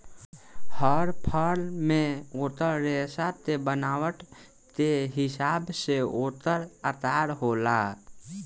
हर फल मे ओकर रेसा के बनावट के हिसाब से ओकर आकर होला